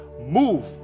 Move